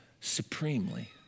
supremely